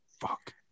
fuck